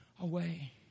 away